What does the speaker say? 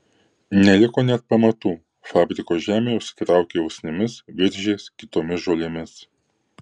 neliko net pamatų fabriko žemė užsitraukė usnimis viržiais kitomis žolėmis